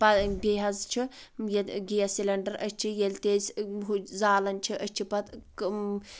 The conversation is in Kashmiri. پہَ بیٚیہِ حٕظ چھُ ییٚلہِ گیس سِلینڈر أسۍ چھِ ییٚلہِ تہِ أسۍ ہہُ زالن چھِ أسۍ چھِ پَتہٕ